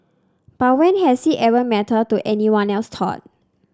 but when has it ever mattered to anyone else thought